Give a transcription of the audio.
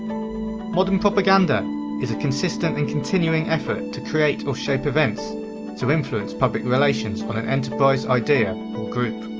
modern propaganda is a consistent and continuing effort to create or shape events to influence public relations on an enterprise, idea or group.